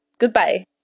Goodbye